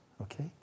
Okay